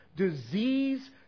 disease